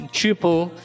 triple